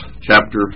chapter